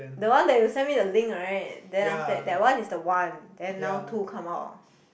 the one that you send me the link right then after that that one is the one then now two come out